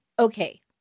Okay